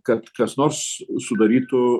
kad kas nors sudarytų